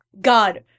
God